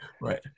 Right